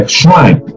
shrine